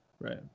right